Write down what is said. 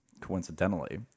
coincidentally